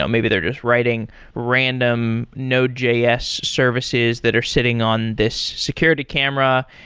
um maybe they're just writing random nodejs services that are sitting on this security camera,